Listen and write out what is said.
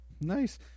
Nice